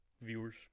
viewers